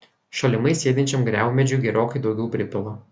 šalimais sėdinčiam griaumedžiui gerokai daugiau pripila